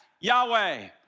Yahweh